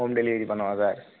home delivery பண்ணவா sir